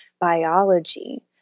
biology